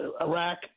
Iraq